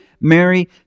Mary